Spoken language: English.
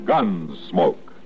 Gunsmoke